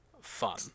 fun